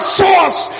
source